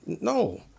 No